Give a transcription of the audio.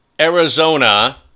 Arizona